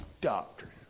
doctrine